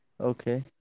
Okay